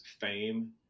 fame